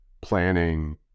planning